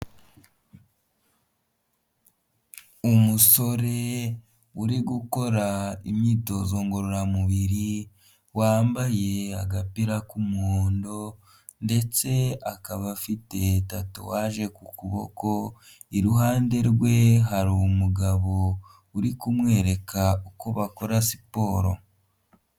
Umusore uri gukora imyitozo ngororamubiri wambaye agapira k'umuhondo ndetse akaba afite tatuwage ku kuboko iruhande rwe hari umugabo uri kumwereka uko bakora siporo.